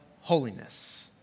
holiness